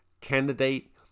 candidate